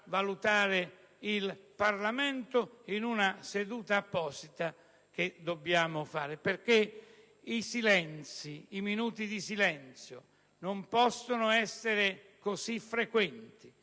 valutare il Parlamento in una seduta apposita da prevedere. I minuti di silenzio non possono essere così frequenti.